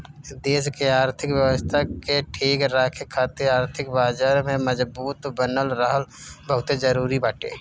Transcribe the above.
देस के आर्थिक व्यवस्था के ठीक राखे खातिर आर्थिक बाजार के मजबूत बनल रहल बहुते जरुरी बाटे